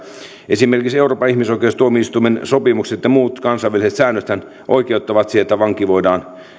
esimerkiksi euroopan ihmisoikeustuomioistuimen sopimukset ja muut kansainväliset säännöthän oikeuttavat siihen että vanki voidaan